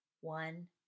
one